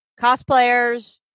cosplayers